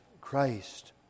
Christ